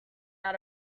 out